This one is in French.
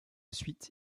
suite